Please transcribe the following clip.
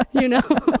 ah you know,